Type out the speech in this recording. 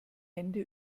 hände